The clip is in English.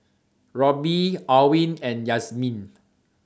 Roby Alwine and Yazmin